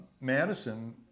Madison